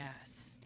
yes